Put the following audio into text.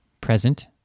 present